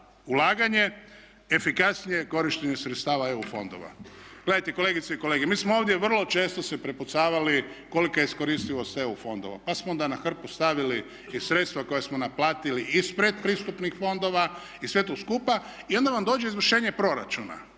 ulaganje, efikasnije korištenje sredstava EU fondova. Gledajte kolegice i kolege mi smo ovdje vrlo često se prepucavali kolika je iskoristivost EU fondova, pa smo onda na hrpu stavili i sredstva koja smo naplatili iz pretpristupnih fondova i sve to skupa i onda vam dođe izvršenje proračuna